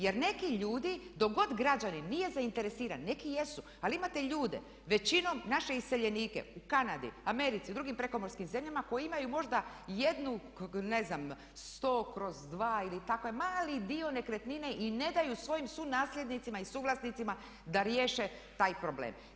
Jer neki ljudi dok god građanin nije zainteresiran, neki jesu ali imate ljude, većinom naše iseljenike u Kanadi, Americi, u drugim prekomorskim zemljama koji imaju možda jednu ne znam 100/2 ili takav mali dio nekretnine i ne daju svojim su nasljednicima i suvlasnicima da riješe taj problem.